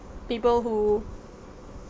people who